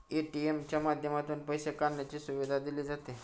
ATM च्या माध्यमातून पैसे काढण्याची सुविधा दिली जाते